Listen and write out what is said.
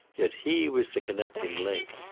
yet he was the connecting link.